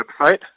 website